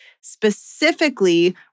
specifically